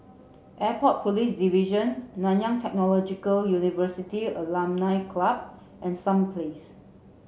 Airport Police Division Nanyang Technological University Alumni Club and Sum Place